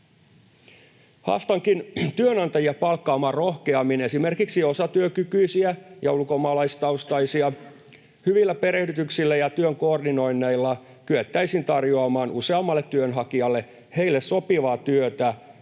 Haastankin työnantajia palkkaamaan rohkeammin esimerkiksi osatyökykyisiä ja ulkomaalaistaustaisia. Hyvillä perehdytyksillä ja työn koordinoinneilla kyettäisiin tarjoamaan useammalle työnhakijalle heille sopivaa työtä,